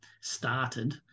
started